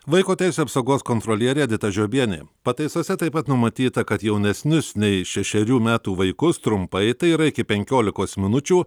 vaiko teisių apsaugos kontrolierė edita žiobienė pataisose taip pat numatyta kad jaunesnius nei šešerių metų vaikus trumpai tai yra iki penkiolikos minučių